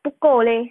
不够 leh